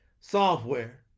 software